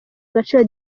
agaciro